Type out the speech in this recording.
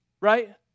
right